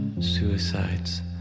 suicides